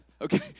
Okay